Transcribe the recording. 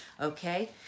Okay